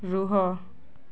ରୁହ